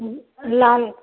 अभी आए